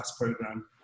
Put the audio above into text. program